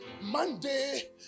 Monday